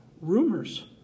rumors